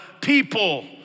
people